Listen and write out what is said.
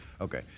Okay